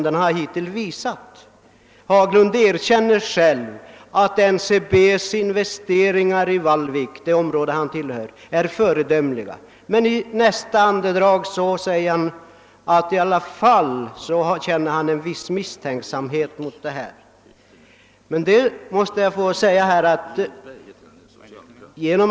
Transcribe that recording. Herr Haglund erkänner att NCB:s investeringar i Vallvik är föredömliga, men i nästa andetag ger han i alla fail uttryck för en viss misstänksamhet mot den producentkooperativa rörelsen.